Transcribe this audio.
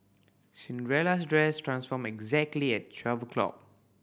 Cinderella's dress transformed exactly at twelve o'clock